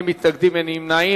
28 בעד, אין מתנגדים ואין נמנעים.